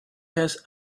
has